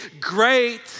great